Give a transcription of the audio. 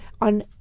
on